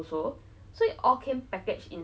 所以我比较想要睡的那种